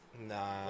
Nah